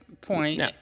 point